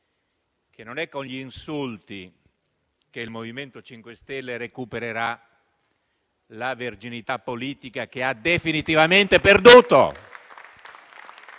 che non è con gli insulti che il MoVimento 5 Stelle recupererà la verginità politica che ha definitivamente perduto.